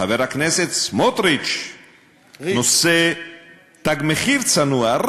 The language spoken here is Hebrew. חבר הכנסת סמוטריץ נושא תג מחיר צנוע,